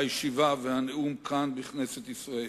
הישיבה והנאום כאן בכנסת ישראל,